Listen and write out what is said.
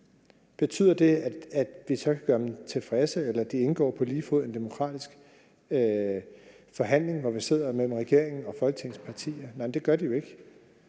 Betyder det, at vi så kan gøre dem tilfredse eller de indgår på lige fod i en demokratisk forhandling mellem regeringen og Folketingets partier? Nej, det gør det jo ikke.